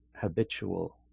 habitual